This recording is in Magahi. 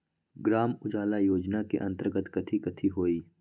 ग्राम उजाला योजना के अंतर्गत कथी कथी होई?